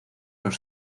los